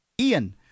Ian